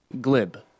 Glib